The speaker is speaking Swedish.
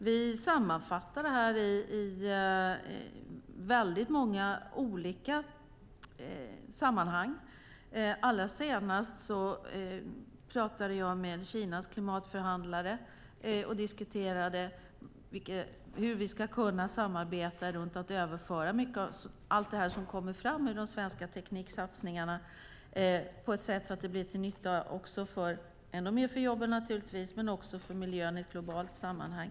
Vi sammanfattar det här i många olika sammanhang. Allra senast diskuterade jag med Kinas klimatförhandlare om hur vi ska kunna samarbeta för att överföra allt det som kommer fram ur de svenska tekniksatsningarna så att det blir till ännu mer nytta för jobben naturligtvis men också för miljön i ett globalt sammanhang.